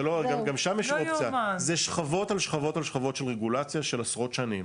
זה שכבות על שכבות על שכבות של רגולציה של עשרות שנים,